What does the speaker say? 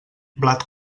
blat